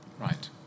right